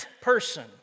person